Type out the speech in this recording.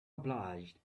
obliged